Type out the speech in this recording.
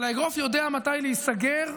אבל האגרוף יודע מתי להיסגר,